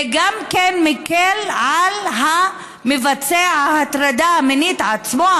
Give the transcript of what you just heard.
זה גם מקל על מבצע ההטרדה המינית עצמו,